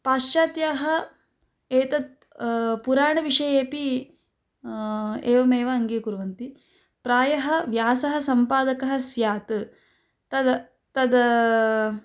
पाश्चात्याः एतत् पुराणविषयेपि एवमेव अङ्गीकुर्वन्ति प्रायः व्यासः सम्पादकः स्यात् तद् तद्